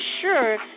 sure